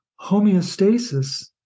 Homeostasis